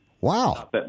Wow